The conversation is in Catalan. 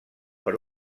per